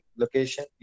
location